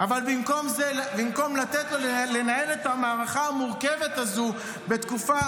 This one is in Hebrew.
אבל במקום לתת לו לנהל את המערכה המורכבת הזאת בתקופה